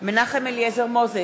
מנחם אליעזר מוזס,